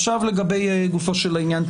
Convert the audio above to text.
עכשיו לגבי גופו של העניין.